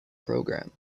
program